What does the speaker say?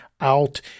out